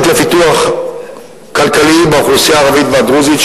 לפיתוח כלכלי באוכלוסייה הערבית והדרוזית.